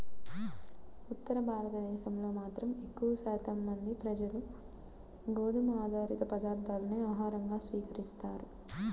ఉత్తర భారతదేశంలో మాత్రం ఎక్కువ శాతం మంది ప్రజలు గోధుమ ఆధారిత పదార్ధాలనే ఆహారంగా స్వీకరిస్తారు